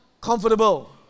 comfortable